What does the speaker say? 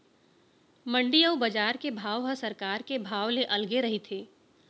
मंडी अउ बजार के भाव ह सरकार के भाव ले अलगे रहिथे